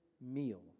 Meal